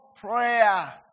prayer